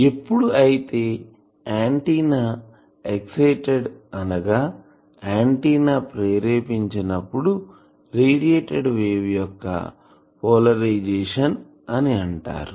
ఎప్పుడు అయితే antenna excited అనగా ఆంటిన్నా ప్రేరేపించబడినప్పుడు రేడియేటెడ్ వేవ్ యొక్క పోలరైజేషన్ అని అంటారు